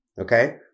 okay